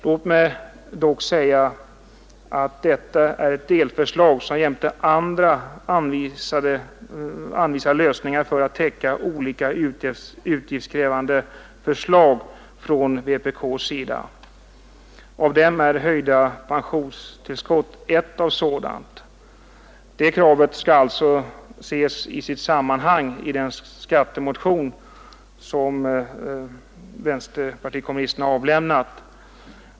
Låt mig dock säga att detta är ett delförslag, som jämte andra anvisar lösningar för att täcka olika utgiftskrävande förslag från vpk; ett av dem är höjda pensionstillskott. Det kravet skall alltså ses i sitt sammanhang i den skattemotion som vänsterpartiet kommunisterna avlämnat.